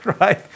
right